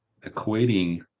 equating